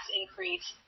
increase